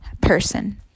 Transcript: person